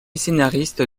scénariste